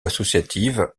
associative